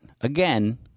again